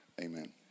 Amen